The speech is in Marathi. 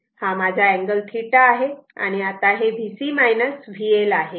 तर हा माझा अँगल θ आहे आणि आता हे VC VL आहे